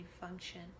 function